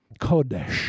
Kodesh